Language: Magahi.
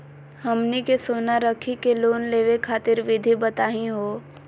हमनी के सोना रखी के लोन लेवे खातीर विधि बताही हो?